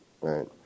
Right